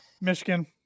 Michigan